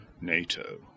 NATO